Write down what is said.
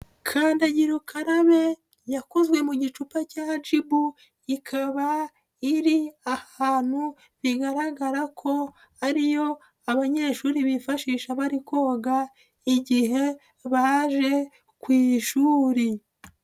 Kandagira ukarabe yakozwe mu gicupa cya jibu, ikaba iri ahantu bigaragara ko ari yo abanyeshuri bifashisha bari koga igihe baje ku ishuri.